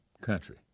country